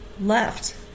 left